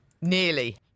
Nearly